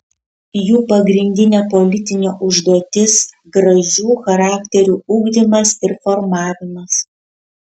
jų pagrindinė politinė užduotis gražių charakterių ugdymas ir formavimas